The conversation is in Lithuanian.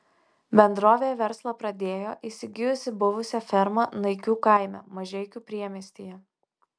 bendrovė verslą pradėjo įsigijusi buvusią fermą naikių kaime mažeikių priemiestyje